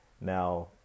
now